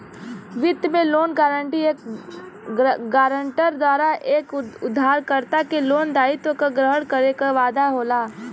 वित्त में loan guarantee एक गारंटर द्वारा एक उधारकर्ता के लोन दायित्व क ग्रहण करे क वादा होला